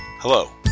Hello